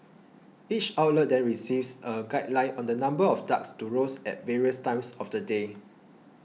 each outlet then receives a guideline on the number of ducks to roast at various times of the day